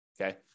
okay